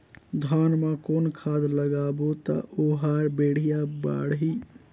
धान मा कौन खाद लगाबो ता ओहार बेडिया बाणही?